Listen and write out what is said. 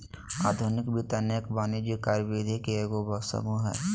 आधुनिक वित्त अनेक वाणिज्यिक कार्यविधि के एगो समूह हइ